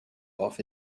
off